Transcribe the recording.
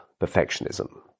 perfectionism